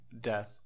death